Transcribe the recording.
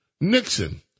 Nixon